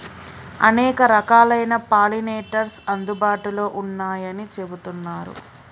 అనేక రకాలైన పాలినేటర్స్ అందుబాటులో ఉన్నయ్యని చెబుతున్నరు